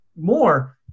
more